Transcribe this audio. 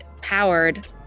powered